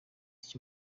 icyo